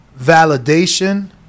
validation